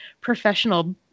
professional